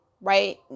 right